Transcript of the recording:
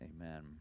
Amen